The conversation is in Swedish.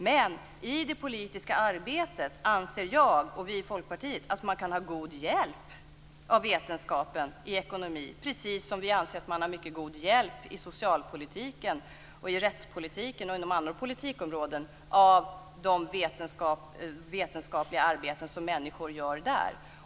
Men i det politiska arbetet anser jag och vi i Folkpartiet att man kan ha god hjälp av vetenskapen i ekonomi, precis som vi anser att man har mycket god hjälp i socialpolitiken, i rättspolitiken och inom andra politikområden av de vetenskapliga arbeten som människor gör där.